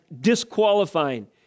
disqualifying